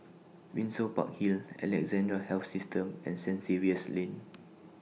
Windsor Park Hill Alexandra Health System and Saint Xavier's Lane